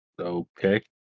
Okay